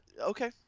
okay